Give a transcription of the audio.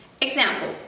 Example